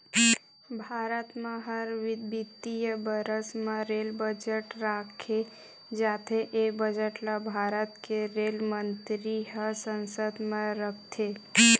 भारत म हर बित्तीय बरस म रेल बजट राखे जाथे ए बजट ल भारत के रेल मंतरी ह संसद म रखथे